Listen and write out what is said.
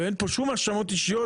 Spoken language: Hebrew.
ואין פה שום האשמות אישיות,